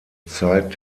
zeit